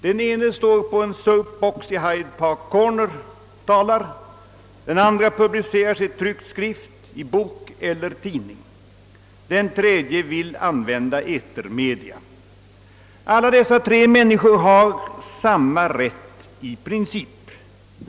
Den ene står på en soap-box i Hyde Park Corner och talar, den andre publicerar sig i tryckt skrift, bok eller tidning, och den tredje vill använda etermedia. Alla dessa tre människor har i princip samma rätt.